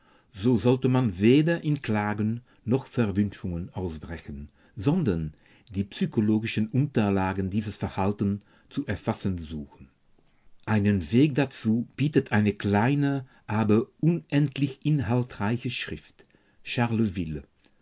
so sollte man weder in klagen noch verwünschungen ausbrechen sondern die psychologischen unterlagen dieses verhaltens zu erfassen suchen einen weg dazu bietet eine kleine aber unendlich inhaltreiche schrift